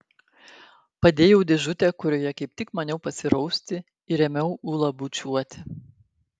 padėjau dėžutę kurioje kaip tik maniau pasirausti ir ėmiau ulą bučiuoti